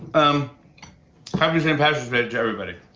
um happy st. patrick's day to everybody.